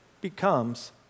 becomes